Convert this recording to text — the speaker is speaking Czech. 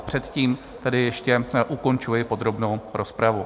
Předtím tedy ještě ukončuji podrobnou rozpravu.